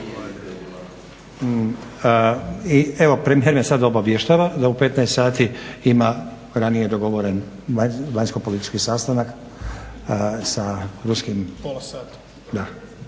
Evo premijer me sada obavještava da u 15,00 sati ima ranije dogovoren vanjskopolitički sastanak sa ruskim